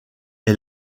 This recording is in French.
est